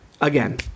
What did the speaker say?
Again